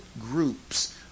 groups